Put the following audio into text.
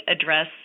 address